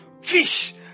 fish